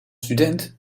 student